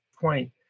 point